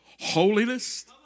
holiness